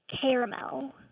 caramel